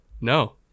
No